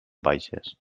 baixes